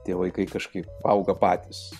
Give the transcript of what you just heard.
tie vaikai kažkaip auga patys